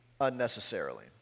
unnecessarily